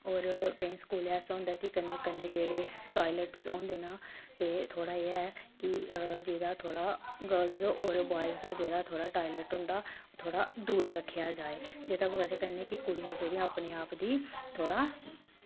होर केईं स्कूलें ऐसा होंदा ऐ कि कन्नै कन्नै जेह्ड़े टायल्टस होंदे न ते थोह्ड़ा एह् ऐ कि जेह्ड़ा थोह्ड़ा गर्ल्स होर बोआएज दा थोह्ड़ा जेह्ड़ा टायल्टस होंदा ओह् थोह्ड़ा दूर रक्खेआ जाए जेह्दी बजह् कन्नै कि कुड़ियां जेह्ड़ियां अपने आप गी थोह्ड़ा